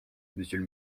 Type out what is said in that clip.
monsieur